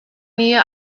nähe